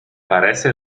parece